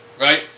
right